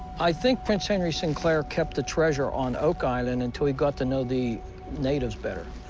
i think prince henry sinclair kept the treasure on oak island until he got to know the natives better.